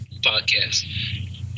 podcast